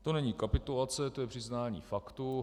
To není kapitulace, to je přiznání faktu.